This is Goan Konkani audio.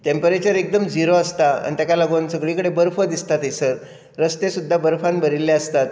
टॅम्परेचर एकदम झिरो आसता आनी ताका लागून सगळे कडेन बर्फां दिसता थंयसर रस्ते सुद्दां बर्फान भरिल्ले आसतात